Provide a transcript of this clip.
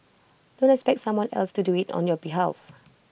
don't expect someone else to do IT on your behalf